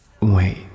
Wait